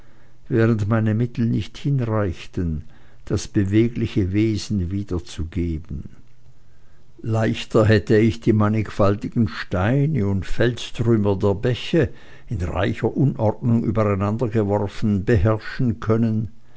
während meine mittel nicht hinreichten das bewegliche wesen wiederzugeben leichter hätte ich die mannigfaltigen steine und felstrümmer der bäche in reicher unordnung übereinandergeworfen beherrschen können